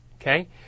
okay